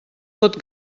pot